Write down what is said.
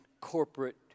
corporate